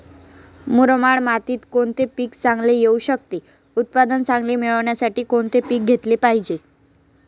मुरमाड मातीत कोणते पीक चांगले येऊ शकते? उत्पादन चांगले मिळण्यासाठी कोणते पीक घेतले पाहिजे?